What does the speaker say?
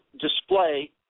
display